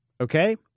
Okay